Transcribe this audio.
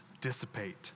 dissipate